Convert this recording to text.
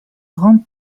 grand